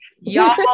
y'all